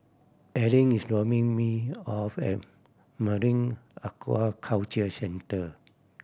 Arleen is dropping me off at Marine Aquaculture Centre